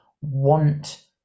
want